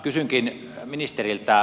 kysynkin ministeriltä